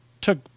took